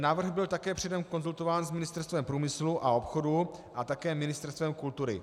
Návrh byl také předem konzultován s Ministerstvem průmyslu a obchodu a také Ministerstvem kultury.